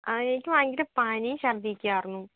ആ എനിക്ക് ഭയങ്കര പനിയും ചർദ്ദിയൊക്കെ ആയിരുന്നു